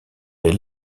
des